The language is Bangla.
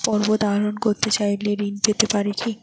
পর্বত আরোহণ করতে চাই ঋণ পেতে পারে কি?